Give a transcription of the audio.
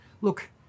look